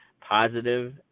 positive